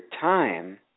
time